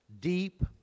deep